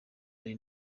ari